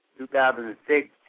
2006